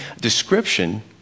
description